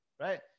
right